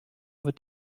wird